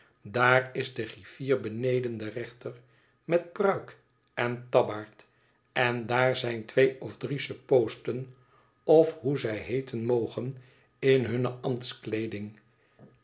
daar is de griffier beneden den rechter met pruik en tabbaard en daar zijn twee of drie suppoosten of hoe zij heeten mogen in hunne